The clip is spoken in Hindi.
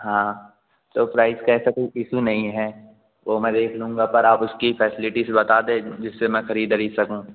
हाँ तो प्राइस का ऐसा कुछ इसू नहीं है वह मैं देख लूँगा पर आप उसकी फैसिलिटीज़ बता दें जिससे मैं ख़रीद अरीद सकूँ